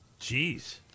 Jeez